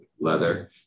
leather